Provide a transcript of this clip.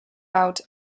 out